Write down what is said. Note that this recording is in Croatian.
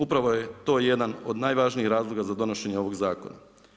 Upravo je to jedan od najvažnijih razloga za donošenje ovog zakona.